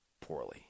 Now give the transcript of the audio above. poorly